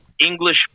English